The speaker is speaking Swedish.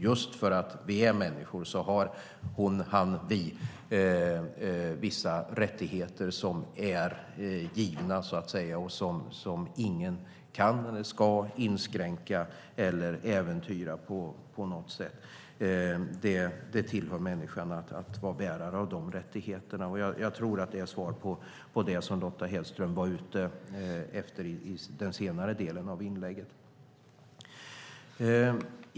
Just för att vi är människor har hon, han och vi vissa rättigheter som är givna och som ingen kan eller ska inskränka eller äventyra på något sätt. Det tillhör människan att vara bärare av de rättigheterna. Jag tror att det är svar på det Lotta Hedström var ute efter i den senare delen av inlägget.